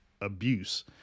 abuse